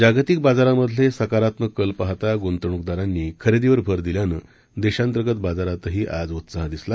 जागतिक बाजारामधले सकारात्मक कल पाहता गुंतवणूकदारांनी खरेदीवर भर दिल्यानं देशांतर्गत बाजारातही आज उत्साह दिसला